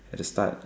at the start